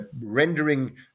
Rendering